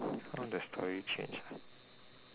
now that story change